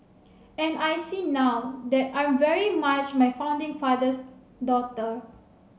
and I see now that I'm very much my founding father's daughter